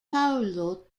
paolo